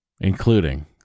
including